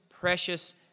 precious